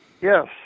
Yes